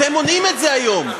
אתם מונעים היום?